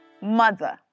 mother